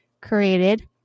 created